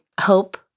Hope